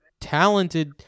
talented